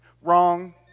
Wrong